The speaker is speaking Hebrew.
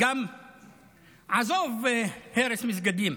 עזוב הרס מסגדים.